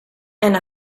and